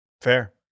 Fair